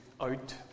out